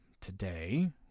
today